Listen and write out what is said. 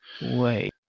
Wait